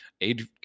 aid